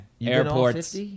airports